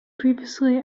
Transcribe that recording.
previously